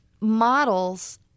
models